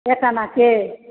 एक आनाके